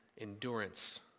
endurance